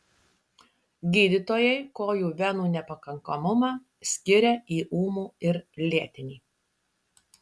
gydytojai kojų venų nepakankamumą skiria į ūmų ir lėtinį